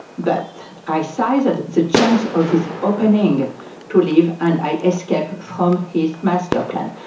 but i seized ah the chance of this opening to leave and i escaped from his master plan.